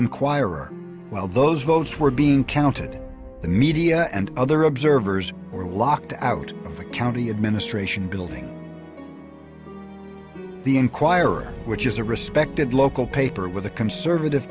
enquirer well those votes were being counted the media and other observers were locked out of the county administration building the enquirer which is a respected local paper with a conservative